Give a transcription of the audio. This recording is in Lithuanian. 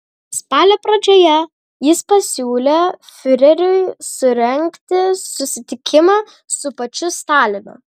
spalio pradžioje jis pasiūlė fiureriui surengti susitikimą su pačiu stalinu